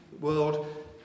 world